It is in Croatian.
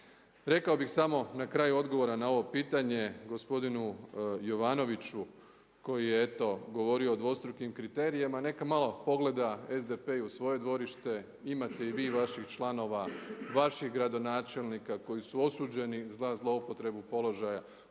Rekao bih samo na kraju odgovora na ovo pitanje gospodinu Jovanoviću koji je eto govorio o dvostrukim kriterijima, neka malo pogleda SDP i u svoje dvorište. Imate i vi vaših članova, vaših gradonačelnika koji su osuđeni za zloupotrebu položaja,